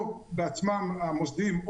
או בעצמם - המוסדיים,